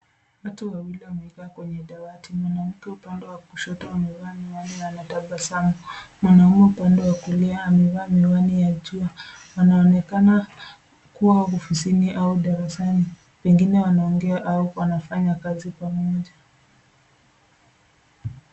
Watu wawili wamekaa kwenye dawati. Mwanamke upende wa kushoto amevaa miwani na anatabasamu. Mwanaume upande wakulia amevaa miwani ya jua. Anaonekana kuwa ofisini au darasani. Wengine wanaongea au wanafanya kazi pamoja.